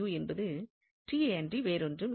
என்பது யே அன்றி வேறொன்றும் இல்லை